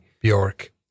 Bjork